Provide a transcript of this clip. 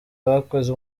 bakoze